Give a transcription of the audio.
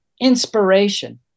inspiration